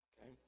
Okay